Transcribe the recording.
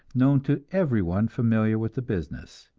known to everyone familiar with the business,